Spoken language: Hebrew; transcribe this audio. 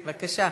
בבקשה.